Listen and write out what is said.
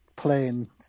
Playing